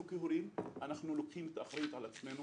אנחנו כהורים לוקחים את האחריות על עצמנו